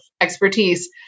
expertise